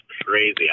crazy